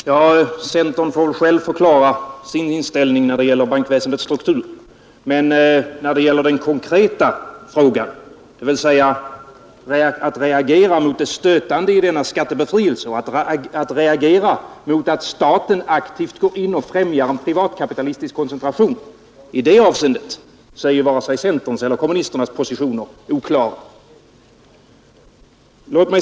Herr talman! Centern får väl själv förklara sin inställning till bankväsendets struktur, men när det gäller den konkreta frågan, nämligen att reagera mot det stötande i denna skattebefrielse och att reagera mot att staten aktivt går in och främjar en privatkapitalistisk koncentration, är varken centerns eller kommunisternas positioner oklara.